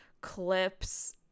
clips